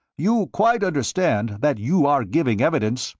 you quite understand that you are giving evidence?